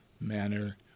manner